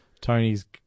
Tony's